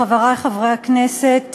חברי חברי הכנסת,